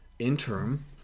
Interim